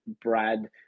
Brad